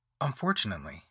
Unfortunately